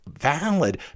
valid